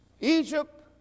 Egypt